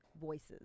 voices